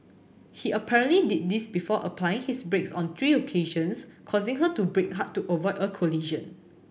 he apparently did this before applying his brakes on three occasions causing her to brake hard to avoid a collision